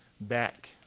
back